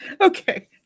Okay